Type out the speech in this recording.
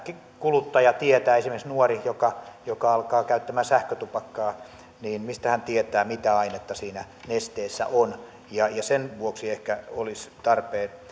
kuluttaja esimerkiksi nuori joka joka alkaa käyttämään sähkötupakkaa tietää mitä ainetta siinä nesteessä on sen vuoksi ehkä olisi tarpeen